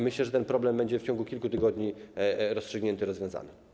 Myślę, że ten problem będzie w ciągu kilku tygodni rozstrzygnięty, rozwiązany.